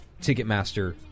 Ticketmaster